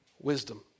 wisdom